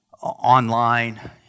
online